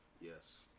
Yes